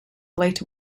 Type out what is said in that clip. later